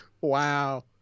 Wow